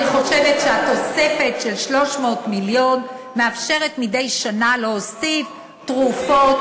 אני חושבת שהתוספת של 300 מיליון מאפשרת להוסיף מדי שנה תרופות,